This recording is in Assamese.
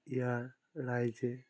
ইয়াৰ ৰাইজে